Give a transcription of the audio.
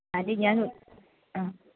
anti ഞാൻ ആ